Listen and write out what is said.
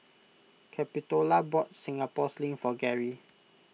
Capitola bought Singapore Sling for Gary